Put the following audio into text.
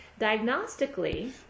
Diagnostically